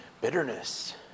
bitterness